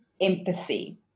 empathy